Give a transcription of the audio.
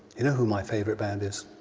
you know who my favourite band is?